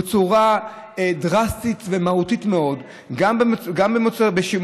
בצורה דרסטית ומהותית מאוד: גם בטונה,